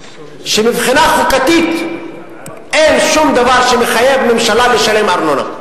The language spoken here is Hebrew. שמבחינה חוקתית אין שום דבר שמחייב ממשלה לשלם ארנונה.